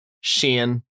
Shane